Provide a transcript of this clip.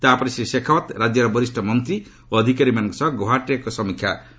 ତା'ପରେ ଶ୍ରୀ ଶେଖାଓ୍ପତ ରାଜ୍ୟର ବରିଷ୍ଠ ମନ୍ତ୍ରୀ ଓ ଅଧିକାରୀମାନଙ୍କ ସହ ଗୌହାଟୀରେ ଏକ ସମୀକ୍ଷା ବୈଠକ କରିବେ